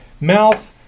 mouth